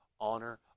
honor